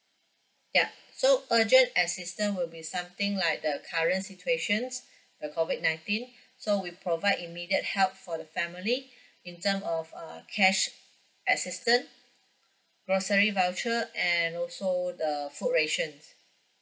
ya so urgent assistant will be something like the current situation the COVID nineteen so we provide immediate help for the family in terms of uh cash assistant grocery voucher and also the food rations